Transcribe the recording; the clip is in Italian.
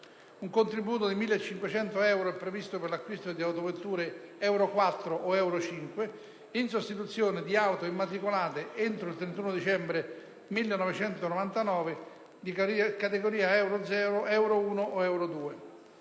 Un contributo di 1.500 euro è previsto per l'acquisto di autovetture Euro 4 o Euro 5, in sostituzione di auto immatricolate entro il 31 dicembre 1999, di categoria Euro 0, Euro 1 o Euro 2.